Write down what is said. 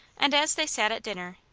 and as they sat at dinner,